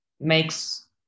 makes